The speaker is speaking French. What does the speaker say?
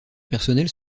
personnelles